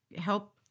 help